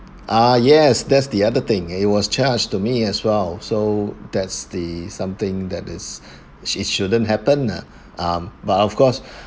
ah yes that's the other thing it was charged to me as well so that's the something that is it shouldn't happen ah um but of course